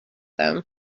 them